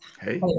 Hey